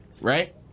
Right